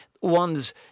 Ones